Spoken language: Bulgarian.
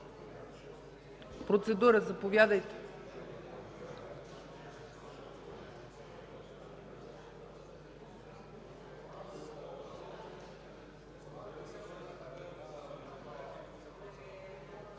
Процедура – заповядайте.